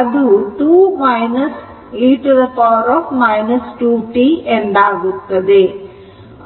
ಅದು 2 e 2t ಎಂದಾಗುತ್ತದೆ